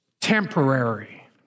temporary